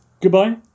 goodbye